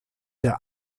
der